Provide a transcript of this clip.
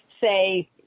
say